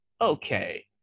okay